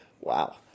wow